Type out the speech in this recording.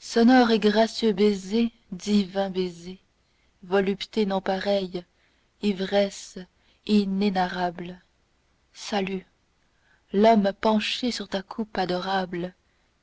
sonore et gracieux baiser divin baiser volupté non pareille ivresse inénarrable salut l'homme penché sur ta coupe adorable